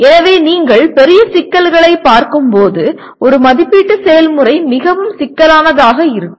எனவே நீங்கள் பெரிய சிக்கல்களைப் பார்க்கும்போது ஒரு மதிப்பீட்டு செயல்முறை மிகவும் சிக்கலானதாக இருக்கும்